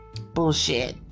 Bullshit